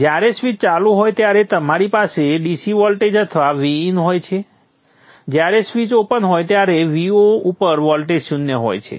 જ્યારે સ્વિચ ચાલુ હોય ત્યારે તમારી પાસે DC વોલ્ટેજ અથવા Vin હોય છે જ્યારે સ્વિચ ઓપન હોય ત્યારે Vo ઉપર વોલ્ટેજ શૂન્ય હોય છે